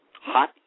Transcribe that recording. Hot